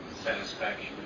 satisfaction